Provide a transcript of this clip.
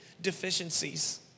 deficiencies